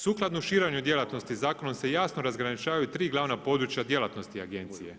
Sukladno širenju djelatnosti zakonom se jasno razgraničavaju tri glavna područja djelatnosti agencije.